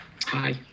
Hi